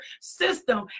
system